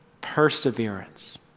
perseverance